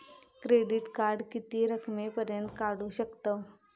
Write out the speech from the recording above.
Credit card किती रकमेपर्यंत काढू शकतव?